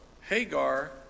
Hagar